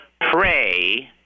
Pray